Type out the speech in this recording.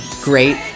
great